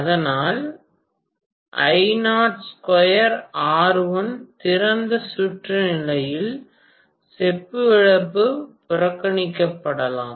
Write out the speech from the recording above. அதனால் திறந்த சுற்று நிலையில் செப்பு இழப்பு புறக்கணிக்கப்படலாம்